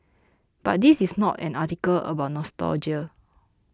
but this is not an article about nostalgia